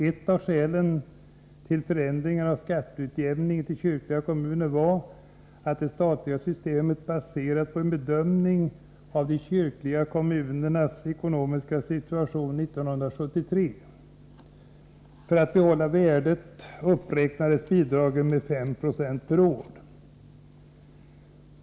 Ett av skälen till förändringar av skatteutjämningen till kyrkliga kommuner var att det statliga systemet baserades på bedömningen av de kyrkliga kommunernas ekonomiska situation 1973. För att behålla värdet uppräknades bidragen 5 96 per år.